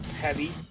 heavy